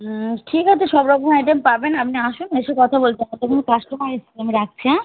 হুম ঠিক আছে সব রকম আইটেম পাবেন আপনি আসুন এসে কথা বলতে হবে দেখুন কাস্টোমার এসছে আমি রাখছি হ্যাঁ